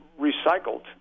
recycled